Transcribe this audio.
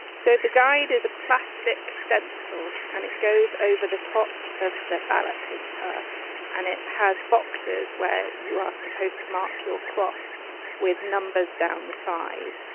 so the guide is a plastic stencil and it goes over the top of the ballot paper and it has boxes where you are supposed to mark your cross with numbers down the side.